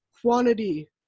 quantity